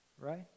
right